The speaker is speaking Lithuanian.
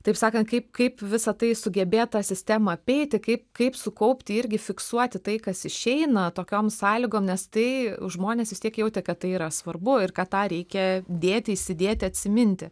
taip sakant kaip kaip visa tai sugebėt tą sistemą apeiti kaip kaip sukaupti irgi fiksuoti tai kas išeina tokiom sąlygom nes tai žmonės vis tiek jautė kad tai yra svarbu ir kad tą reikia dėti įsidėti atsiminti